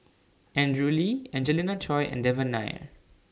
Andrew Lee Angelina Choy and Devan Nair